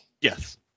Yes